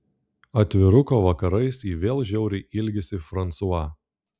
atviruko vakarais ji vėl žiauriai ilgisi fransua